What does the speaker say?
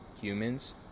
humans